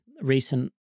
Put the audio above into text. recent